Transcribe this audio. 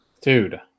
Dude